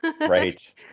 Right